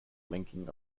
linking